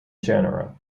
genera